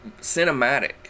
cinematic